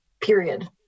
period